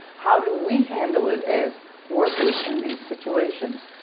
how do we handle it as workers in these situations,